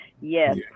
Yes